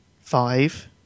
five